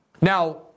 Now